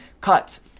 cuts